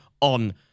on